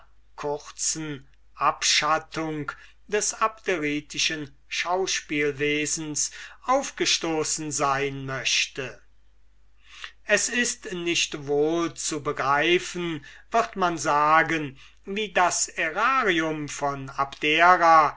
kurzen abschattung des abderitischen schauspielwesens aufgestoßen sein möchte es ist nicht wohl zu begreifen wird man sagen wie das aerarium von abdera